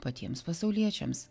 patiems pasauliečiams